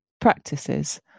practices